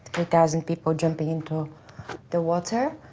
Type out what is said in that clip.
thousand people jumping into the water.